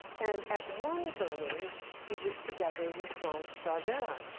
and at one burning he was together with jean chardin,